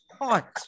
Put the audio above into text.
hot